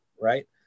Right